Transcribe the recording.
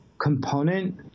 component